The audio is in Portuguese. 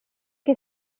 que